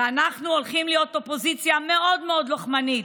ואנחנו הולכים להיות אופוזיציה מאוד מאוד לוחמנית,